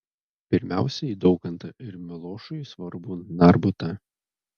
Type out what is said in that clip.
pirmiausia į daukantą ir milošui svarbų narbutą